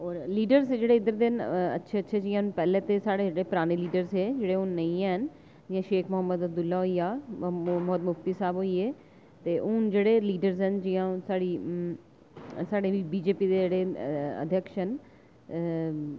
और लीडर्स जेह्ड़े इद्धर दे हैन अच्छे अच्छे जि'यां पैहले ते साढ़े पराने लीडर्स हे जेह्ड़े हून नेईं हैन जि'यां शेख मोहम्मद अब्दुल्ला होई गेआ मुफ्ती साहब होई गे ते हून जेह्ड़े लीडर्स हैन जियां साढ़ी बीजेपी दे जेह्ड़े अध्यक्ष न